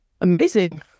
amazing